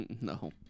No